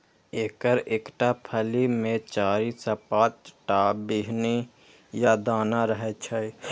एकर एकटा फली मे चारि सं पांच टा बीहनि या दाना रहै छै